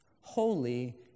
holy